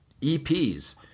EPs